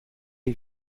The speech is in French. les